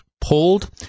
pulled